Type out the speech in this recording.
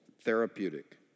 therapeutic